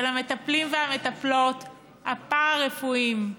של המטפלים והמטפלות הפארה-רפואיים,